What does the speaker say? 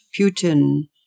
Putin